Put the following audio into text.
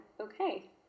Okay